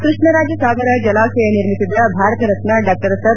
ಕೃಷ್ಣರಾಜಸಾಗರ ಜಲಾಶಯ ನಿರ್ಮಿಸಿದ Bharat Ratna Dr sir